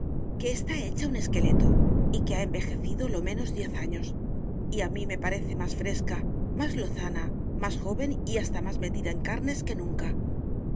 que está hecha un esqueleto y que ha envejecido lo menos diez años y a mí me parece más fresca más lozana más joven y hasta más metida en carnes que nunca